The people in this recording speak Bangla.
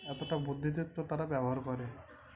এতটা বুদ্ধিযুক্ত তারা ব্যবহার করে